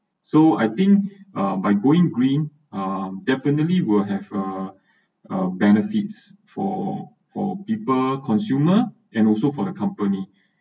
so I think uh by going green are definitely will have a uh benefits for for people consumer and also for the company